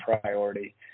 priority